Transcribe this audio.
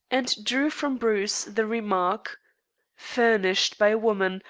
and drew from bruce the remark furnished by a woman,